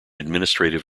administrative